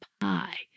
pie